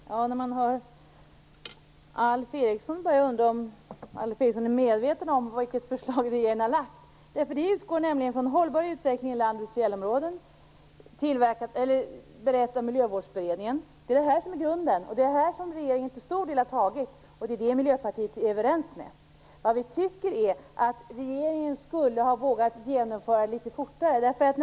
Fru talman! När man hör Alf Eriksson börjar man undra om Alf Eriksson är medveten om vilket förslag regeringen har lagt fram. Det utgår nämligen från en hållbar utveckling i landets fjällområden enligt Miljövårdsberedningen. Det är grunden. Det är den regeringen till stor del har tagit som grund. Där är vi i Miljöpartiet överens med regeringen. Vad vi tycker är att regeringen skulle ha vågat genomföra förslaget litet fortare.